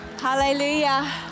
Hallelujah